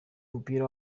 w’umupira